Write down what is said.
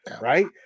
right